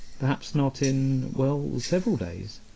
perhaps not in well, several days.